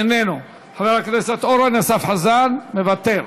איננו, חבר הכנסת אורן אסף חזן, מוותר,